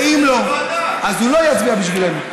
ואם לא, אז הוא לא יצביע בשבילנו.